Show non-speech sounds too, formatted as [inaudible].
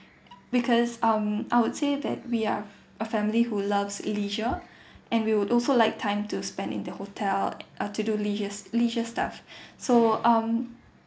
because um I would say that we are a family who loves leisure and we would also like time to spend in the hotel uh to do leisure leisure stuff [breath] so um